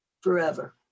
forever